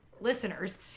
Listeners